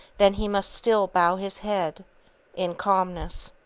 then he must still bow his head in calmness.